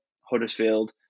Huddersfield